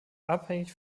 abhängig